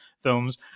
films